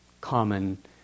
common